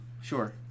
sure